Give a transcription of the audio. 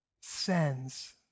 sends